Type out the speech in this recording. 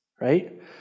Right